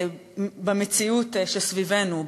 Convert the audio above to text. במציאות שסביבנו,